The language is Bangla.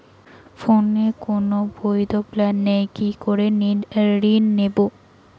ফোনে কোন বৈধ প্ল্যান নেই কি করে ঋণ নেব?